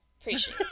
Appreciate